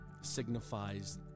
signifies